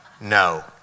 no